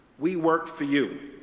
we work for you.